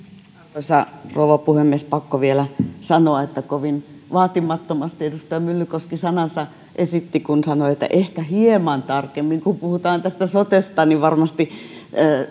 arvoisa rouva puhemies pakko vielä sanoa että kovin vaatimattomasti edustaja myllykoski sanansa esitti kun sanoi että ehkä hieman tarkemmin kun puhutaan tästä sotesta varmasti